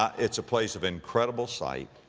ah it's a place of incredible sight.